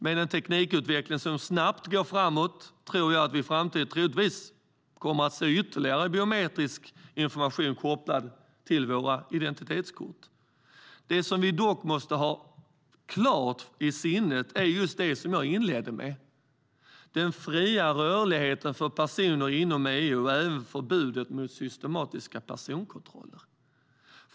Med en teknikutveckling som snabbt går framåt tror jag att vi i framtiden kommer att se ytterligare biometrisk information kopplad till våra identitetskort. Det som vi dock måste ha klart i sinnet är just det som jag inledde med, som handlar om den fria rörligheten för personer inom EU och även förbudet mot systematiska personkontroller.